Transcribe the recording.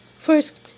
First